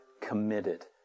committed